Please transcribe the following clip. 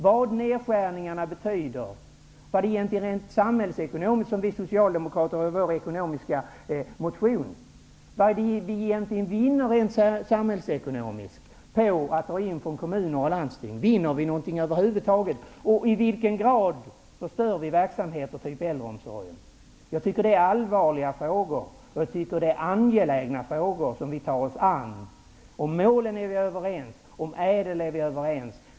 Vad betyder nedskärningarna egentligen samhällsekonomiskt? Det är något som vi socialdemokrater berört i vår ekonomiska motion. Vad vinner vi egentligen rent samhällsekonomiskt på att dra in medel från kommuner och landsting? Vinner vi någonting över huvud taget? I vilken grad förstör vi verksamheter av typen äldreomsorg? Jag tycker att detta är allvarliga frågor. Det är angelägna frågor som vi tar oss an. Om målen och om ÄDEL är vi överens.